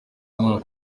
umwaka